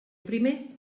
primer